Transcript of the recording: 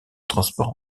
transport